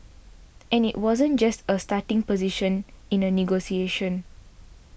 and it wasn't just a starting position in a negotiation